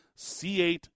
C8